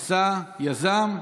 עשה, יזם,